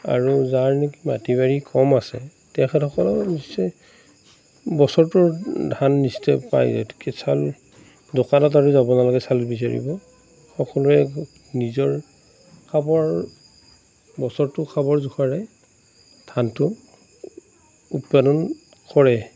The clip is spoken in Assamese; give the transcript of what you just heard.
আৰু যাৰ নেকি মাটি বাৰী কম আছে তেখেতসকলে নিশ্চয় বছৰটোৰ ধান নিশ্চয় পায়েই দোকানত আমি যাব নালাগে চাউল বিচাৰিব সকলোৱে নিজৰ খাবৰ বছৰটোৰ খাবৰ জোখাৰে ধানটো উৎপাদন কৰে